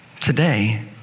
today